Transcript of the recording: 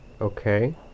Okay